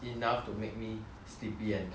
like but 打游戏就不一样 mah